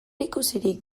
ikusirik